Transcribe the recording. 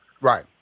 Right